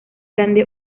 grande